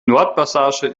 nordpassage